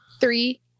three